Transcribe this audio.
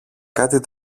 κάτι